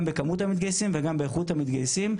בכמות המתגייסים וגם באיכות המתגייסים,